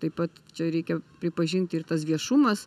taip pat čia reikia pripažinti ir tas viešumas